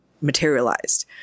Materialized